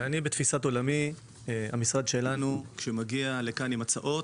בתפיסת עולמי, כשהמשרד שלנו מגיע לכאן עם הצעות,